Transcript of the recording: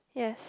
yes